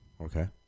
Okay